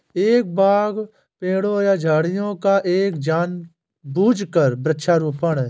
एक बाग पेड़ों या झाड़ियों का एक जानबूझकर वृक्षारोपण है